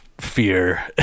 fear